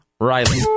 Riley